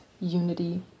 unity